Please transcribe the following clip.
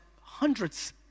hundreds